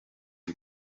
bwa